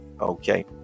okay